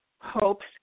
hopes